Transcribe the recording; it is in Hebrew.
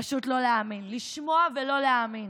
פשוט לא להאמין, לשמוע ולא להאמין.